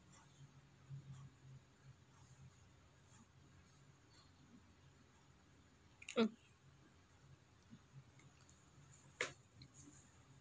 mm